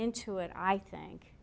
into it i think